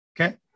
okay